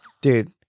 Dude